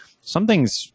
something's